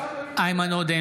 חברי הכנסת) איימן עודה,